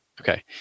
Okay